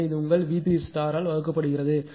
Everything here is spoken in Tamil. எனவே இது உங்கள் V3ஆல் வகுக்கப்படுகிறது